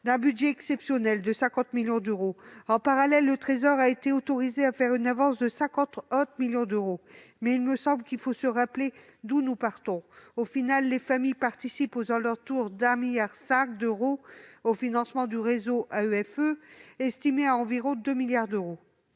d'un budget exceptionnel de 50 millions d'euros. En parallèle, le Trésor a été autorisé à faire une avance de 50 autres millions d'euros, mais il faut se souvenir d'où nous partons. Finalement, les familles participent aux alentours de 1,5 milliard d'euros au financement du réseau, estimé à environ 2 milliards d'euros.